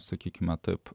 sakykime taip